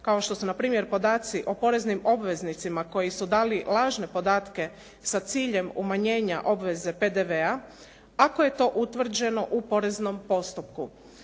kao što su npr. podaci o poreznim obveznicima koji su dali lažne podatke sa ciljem umanjenja obveze PDV-a ako je to utvrđeno u poreznom postupku.